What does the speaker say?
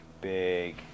big